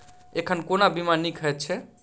एखन कोना बीमा नीक हएत छै?